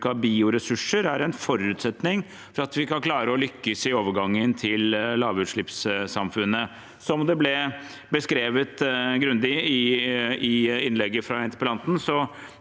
av bioressurser er en forutsetning for at vi kan klare å lykkes i overgangen til lavutslippssamfunnet. Som det ble beskrevet grundig i innlegget fra interpellanten,